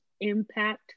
impact